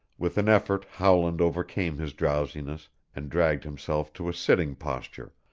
with an effort howland overcame his drowsiness and dragged himself to a sitting posture,